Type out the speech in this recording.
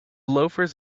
loafers